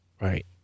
Right